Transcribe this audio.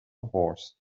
horse